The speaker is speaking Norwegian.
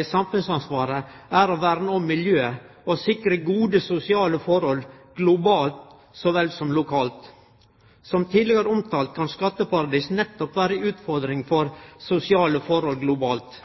i samfunnsansvaret er å verne om miljøet og sikre gode sosiale forhold, globalt så vel som lokalt.» Som tidlegare omtalt kan skatteparadis nettopp vere ei utfordring for sosiale forhold globalt.